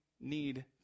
need